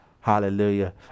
Hallelujah